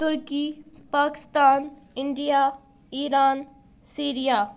Turkey Pakistan India Iran Syria